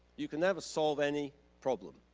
you can never solve any problem.